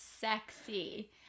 sexy